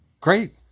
Great